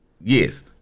Yes